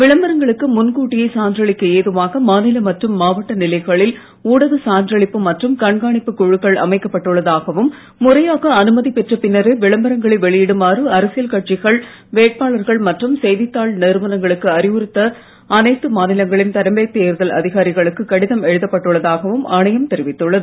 விளம்பரங்களுக்கு முன்கூட்டியே சான்றளிக்க ஏதுவாக மாநில மற்றும் மாவட்ட நிலைகளில் ஊடக சான்றளிப்பு மற்றும் கண்காணிப்புக் குழுக்கள் அமைக்கப் பட்டுள்ளதாகவும் முறையாக அனுமதி பெற்ற பின்னரே விளம்பரங்களை வெளியிடுமாறு அரசியல் கட்சிகள் வேட்பாளர்கள் மற்றும் செய்தித் தாள் நிறுவனங்களுக்கு அறிவுறுத்த அனைத்து மாநிலங்களின் தலைமைத் தேர்தல் அதிகாரிகள்கு கடிதம் எழுதப் பட்டுள்ளதாகவும் ஆணையம் தெரிவித்துள்ளது